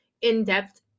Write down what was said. in-depth